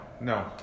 no